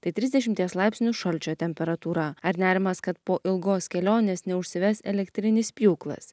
tai trisdešimties laipsnių šalčio temperatūra ar nerimas kad po ilgos kelionės neužsives elektrinis pjūklas